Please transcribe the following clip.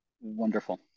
wonderful